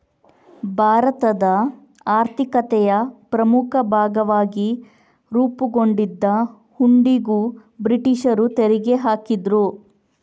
ಭಾರತದ ಆರ್ಥಿಕತೆಯ ಪ್ರಮುಖ ಭಾಗವಾಗಿ ರೂಪುಗೊಂಡಿದ್ದ ಹುಂಡಿಗೂ ಬ್ರಿಟೀಷರು ತೆರಿಗೆ ಹಾಕಿದ್ರು